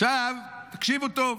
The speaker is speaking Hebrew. תקשיבו טוב: